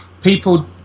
people